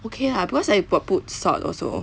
okay lah because I got put salt also